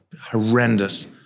horrendous